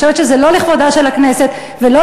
אני חושבת שזה לא לכבודה של הכנסת ולא